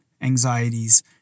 anxieties